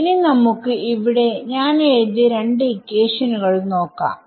ഇനി നമുക്ക് ഇവിടെ ഞാൻ എഴുതിയ രണ്ട് ഇക്വേഷനുകൾ നോക്കാം